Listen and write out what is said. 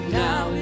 now